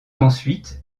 ensuite